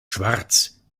schwarz